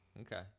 okay